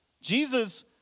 Jesus